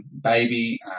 baby